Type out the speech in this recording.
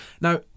Now